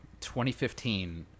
2015